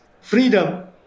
freedom